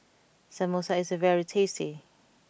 Samosa is very tasty